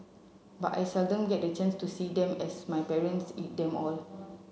but I seldom get the chance to see them as my parents eat them all